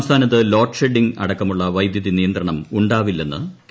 സംസ്ഥാനത്ത് load shedding അടക്കമുള്ള വൈദ്യുതിനിയന്ത്രണം ഉണ്ടാവില്ലെന്ന് കെ